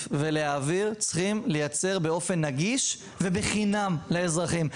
צריכים לייצר באופן נגיש ובחינם לאזרחים.